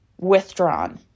withdrawn